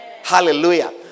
Hallelujah